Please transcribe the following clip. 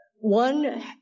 one